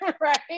right